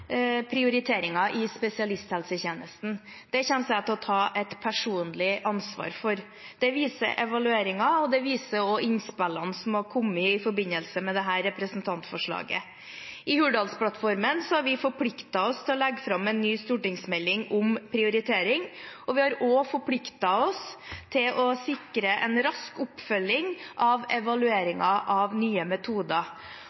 prioriteringer i spesialisthelsetjenesten. Det kommer jeg til å ta et personlig ansvar for. Det viser evalueringen, og det viser også innspillene som har kommet i forbindelse med dette representantforslaget. I Hurdalsplattformen har vi forpliktet oss til å legge fram en ny stortingsmelding om prioritering, og vi har også forpliktet oss til å sikre en rask oppfølging av